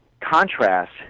contrast